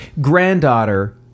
granddaughter